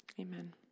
amen